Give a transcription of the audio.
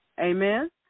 Amen